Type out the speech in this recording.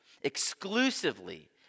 exclusively